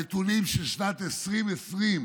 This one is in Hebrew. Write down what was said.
הנתונים של שנת 2020,